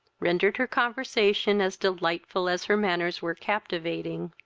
rendered her conversation as delightful as her manners were captivating.